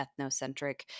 ethnocentric